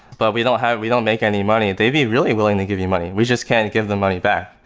but we don't have we don't make any money, they'd be really willing to give you money. we just can't give the money back.